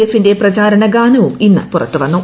എഫിന്റെ പ്രചാരണ ഗാനവും ഇന്ന് പുറത്തു വന്നു